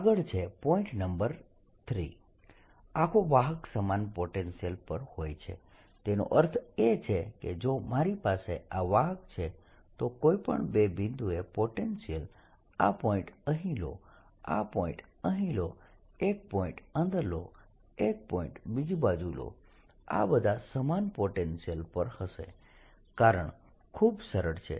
આગળ છે point number 3 આખો વાહક સમાન પોટેન્શિયલ પર હોય છે તેનો અર્થ એ છે કે જો મારી પાસે આ વાહક છે તો કોઈ પણ બે બિંદુએ પોટેન્શિયલ આ પોઇન્ટ અહીં લો આ પોઇન્ટ અહીં લો એક પોઇન્ટ અંદર લો એક પોઇન્ટ બીજી બાજુ લો આ બધા સમાન પોટેન્શિયલ પર હશે કારણ ખૂબ સરળ છે